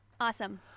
Awesome